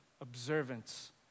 observance